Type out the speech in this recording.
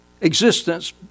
existence